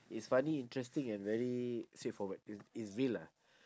it's funny interesting and very straightforward it's it's real lah